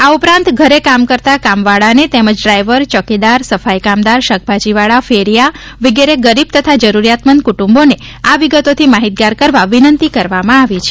આ ઉપરાંત ઘરે કામ કરતા કામવાળાને તેમજ ડ્રાઈવર ચોકીદાર સફાઈ કામદાર શાકભાજીવાળા ફેરિયા વિગેરે ગરીબ તથા જરૂરિયાતમંદ કુટુંબોને આ વિગતોથી માહિતગાર કરવા વિનંતી કરવામાં આવી છે